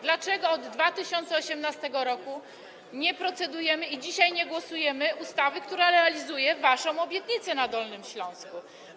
Dlaczego od 2018 r. nie procedujemy i dzisiaj nie głosujemy nad ustawą, która realizuje waszą obietnicę złożoną na Dolnym Śląsku?